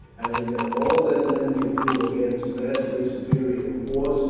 having done all that men could do against vastly superior force,